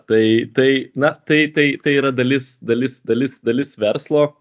tai tai na tai tai tai yra dalis dalis dalis dalis verslo